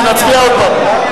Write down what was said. נצביע עוד פעם.